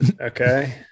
Okay